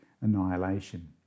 annihilation